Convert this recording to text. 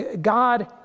God